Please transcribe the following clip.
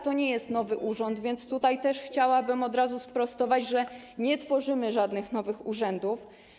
To nie jest nowy urząd, więc tutaj też chciałabym od razu sprostować, że nie tworzymy żadnych nowych urzędów.